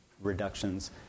reductions